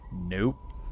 Nope